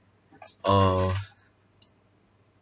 uh